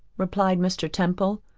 replied mr. temple,